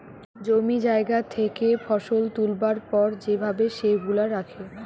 জমি জায়গা থেকে ফসল তুলবার পর যে ভাবে সেগুলা রাখে